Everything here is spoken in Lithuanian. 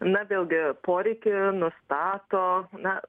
na vėlgi poreikį nustato na